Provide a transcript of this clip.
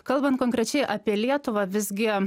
kalbant konkrečiai apie lietuvą visgi